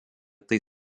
tai